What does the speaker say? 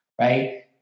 right